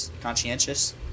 Conscientious